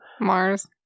Mars